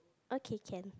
okay can